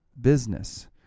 business